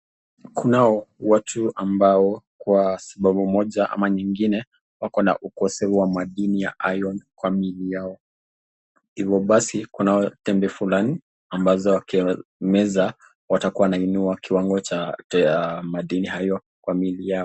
Kuna watu ambao kwa sababu moja ama nyingine wako na ukosefu wa madini ya iron kwa miili yao. Hivyo basi kuna tembe fulani ambazo wakimeza watakuwa wanainua kiwango cha madini hayo kwa miili yao.